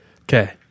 okay